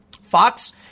Fox